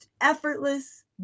effortless